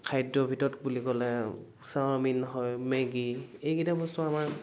খাদ্য ভিতৰত বুলি ক'লে চাউমিন হয় মেগী এইকেইটা বস্তু আমাৰ